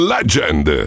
Legend